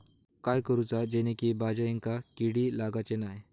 काय करूचा जेणेकी भाजायेंका किडे लागाचे नाय?